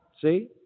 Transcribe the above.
See